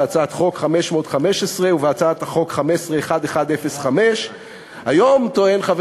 בהצעת חוק 500/15 ובהצעת חוק 1105/15. היום טוען חבר